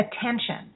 attention